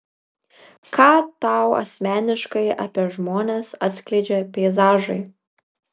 ką tau asmeniškai apie žmones atskleidžia peizažai